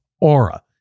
Aura